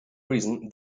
reason